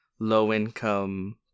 low-income